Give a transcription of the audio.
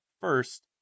first